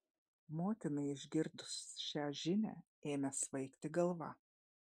motinai išgirdus šią žinią ėmė svaigti galva